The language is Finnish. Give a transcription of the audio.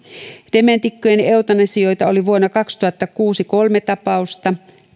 dementikkojen eutanasioita oli vuonna kaksituhattakuusi kolme tapausta